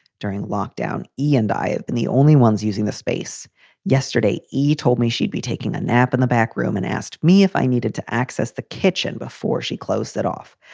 during lockdown, ian dive and the only ones using the space yesterday. e told me she'd be taking a nap in the back room and asked me if i needed to access the kitchen before she closed it off.